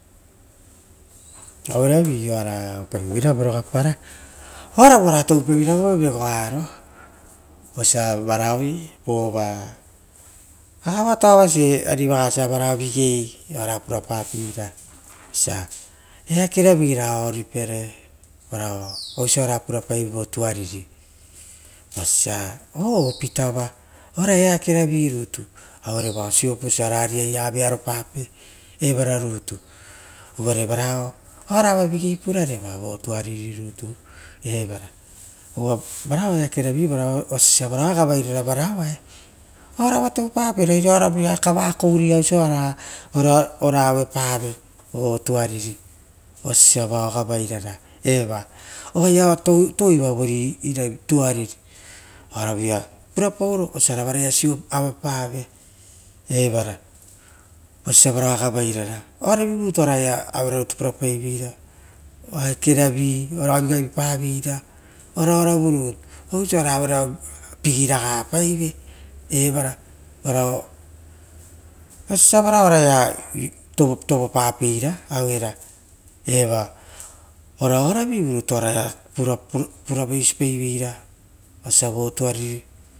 Auravi oara auepaivera vorogapara uara vu oara toupaivera vo vegoaro. Osia varavi vova vara ita vova vigei osia eakeravi oara oripere, osia purapaive vo tuariri osia o opitava purapaive ora eakeravi rutu auere vao siopusia evara uvare vareva vigei purareva vo tuariri evana uvare varao eakeravi osio vara gavairaravararo, oarava toupapere oaraia gava koureia oisio ora auepave vo tuariri osio sia vaia gavairara eva oi ia touiva voari tuariri oarava purapao ro oisio varaia avepave voari tuariri oisiosia varao agavairara, oaravanitu garaia ue ronitu purapaiveira eakerau garigaripaveira ra oaravu nitu oisisara vana pigira gapaive evana vanao oisio sabara oaraia touvopapera auera eva ora oaravivurutu punavasi parueira. Osia vo tuariri